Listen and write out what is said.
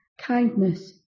kindness